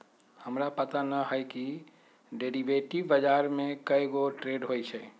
हमरा पता न हए कि डेरिवेटिव बजार में कै गो ट्रेड होई छई